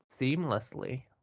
seamlessly